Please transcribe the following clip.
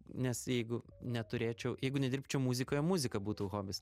nes jeigu neturėčiau jeigu nedirbčiau muzikoje muzika būtų hobis